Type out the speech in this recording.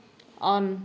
on